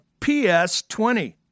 PS20